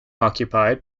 occupied